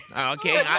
Okay